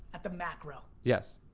at the macro. yes.